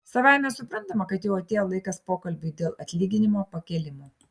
savaime suprantama kad jau atėjo laikas pokalbiui dėl atlyginimo pakėlimo